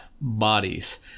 bodies